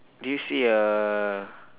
do you see a